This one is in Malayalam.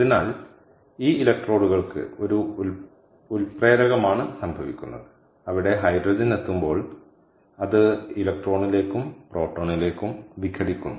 അതിനാൽ ഈ ഇലക്ട്രോഡുകൾക്ക് ഒരു ഉൽപ്രേരകമാണ് സംഭവിക്കുന്നത് അവിടെ ഹൈഡ്രജൻ എത്തുമ്പോൾ അത് ഇലക്ട്രോണിലേക്കും പ്രോട്ടോണിലേക്കും വിഘടിക്കുന്നു